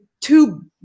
two